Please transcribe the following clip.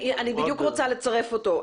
אני בדיוק רוצה לצרף אותו,